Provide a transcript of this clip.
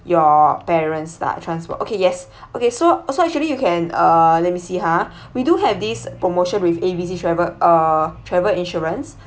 your parents lah transport okay yes okay so so actually you can uh let me see ha we do have this promotion with A B C travel uh travel insurance